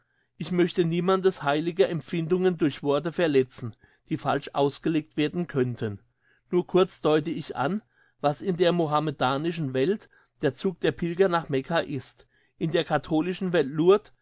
ich möchte niemandes heilige empfindungen durch worte verletzen die falsch ausgelegt werden könnten nur kurz deute ich an was in der mohammedanischen welt der zug der pilger nach mekka ist in der katholischen welt